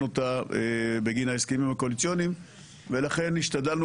אותה בגין ההסכמים הקואליציוניים ולכן השתדלנו,